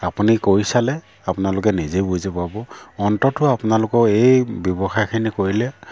আপুনি কৰি চালে আপোনালোকে নিজেই বুজি পাব অন্ততঃ আপোনালোকৰ এই ব্যৱসায়খিনি কৰিলে